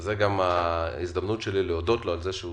זאת ההזדמנות שלי להודות לו על זה שהוא